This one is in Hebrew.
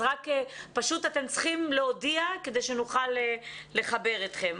פשוט אתם צריכים להודיע כדי שנוכל לחבר אתכם.